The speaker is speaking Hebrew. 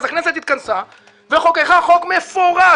אז הכנסת התכנסה וחוקקה חוק מפורש,